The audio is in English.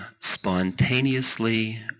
spontaneously